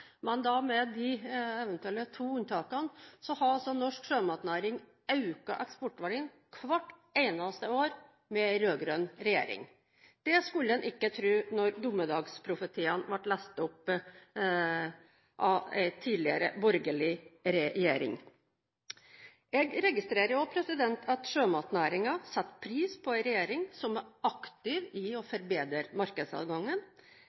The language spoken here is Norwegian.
har norsk sjømatnæring økt eksportverdien hvert eneste år med en rød-grønn regjering. Det skulle en ikke tro da dommedagsprofetiene ble lest opp av en tidligere borgerlig regjering. Jeg registrerer også at sjømatnæringen setter pris på en regjering som er aktiv i å